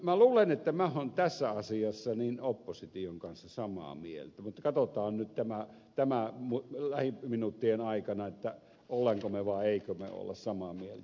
minä luulen että minä olen tässä asiassa opposition kanssa samaa mieltä mutta katsotaan nyt lähiminuuttien aikana olemmeko me vai emmekö me ole samaa mieltä